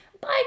Bye